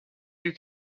you